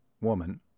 woman